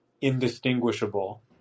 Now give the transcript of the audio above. indistinguishable